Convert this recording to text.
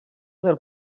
del